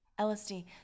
LSD